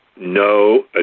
No